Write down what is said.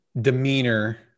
demeanor